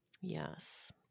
Yes